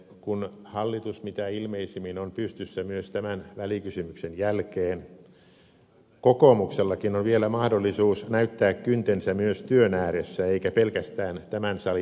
kun hallitus mitä ilmeisimmin on pystyssä myös tämän välikysymyksen jälkeen kokoomuksellakin on vielä mahdollisuus näyttää kyntensä myös työn ääressä eikä pelkästään tämän salin puheissa